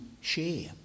share